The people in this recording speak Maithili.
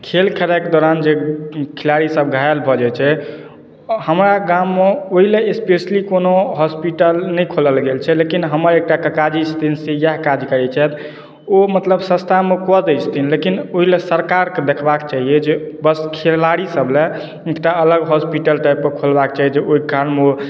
खेल खेलायके दौड़ान जे खिलाड़ी सब घायल भऽ जाइत छै हमरा गाममे ओहिला स्पेशली कओनो हॉस्पिटल नहि खोलल गेल छै लेकिन हमर एकटा ककाजी छथिन से इएह काज करैत छथि ओ मतलब सस्तामे कऽ दै छथिन लेकिन ओहिला सरकारके देखबाक चाहियै जे बस खिलाड़ी सब लए जे एकटा हॉस्पिटल टाइपके खोलबाक चाही जे ओहिकालमे ओ